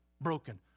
broken